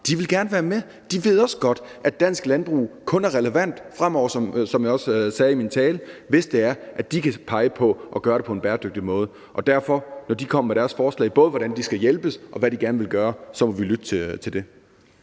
De vil gerne være med. De ved også godt, at dansk landbrug kun er relevant fremover – sådan som jeg også sagde i min tale – hvis det er, at de kan pege på en bæredygtig måde at gøre det på. Og derfor må vi lytte til det, når de kommer med deres forslag til, hvordan de skal hjælpes, og hvad de gerne vil gøre. Kl. 11:31 Første